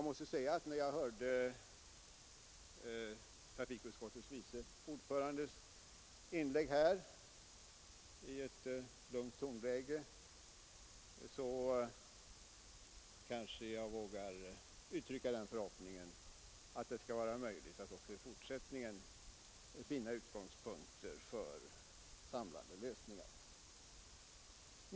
Men sedan jag hört trafikutskottets vice ordförandes inlägg här, som framfördes i ett lugnt tonläge, vågar jag uttrycka förhoppningen att det skall vara möjligt att också i fortsättningen finna utgångspunkter för samlande lösningar.